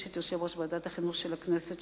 יושב-ראש ועדת החינוך של הכנסת,